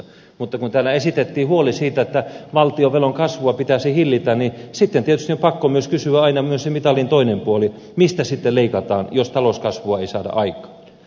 mutta kun täällä esitettiin huoli siitä että valtionvelan kasvua pitäisi hillitä niin sitten tietysti on pakko myös kysyä myös se mitalin toinen puoli mistä sitten leikataan jos talouskasvua ei saada aikaan